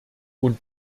und